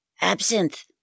Absinthe